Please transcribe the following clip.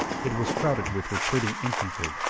it was crowded with retreating infantry.